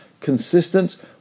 consistent